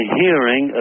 hearing